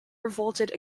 revolted